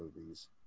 movies